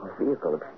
vehicle